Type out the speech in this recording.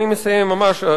אני מסיים ממש.